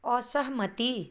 असहमति